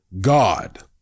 God